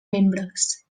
membres